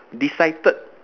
decided